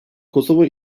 kosova